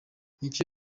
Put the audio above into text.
nico